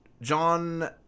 John